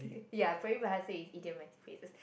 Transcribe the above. ya peribahasa is idiomatic phrases